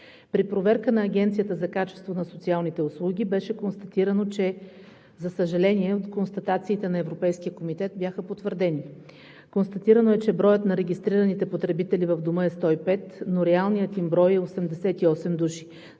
при проверка на Агенцията за качеството на социалните услуги бяха потвърдени констатациите на Европейския комитет. Констатирано е, че броят на регистрираните потребители в Дома е 105, но реалният им брой е 88 души.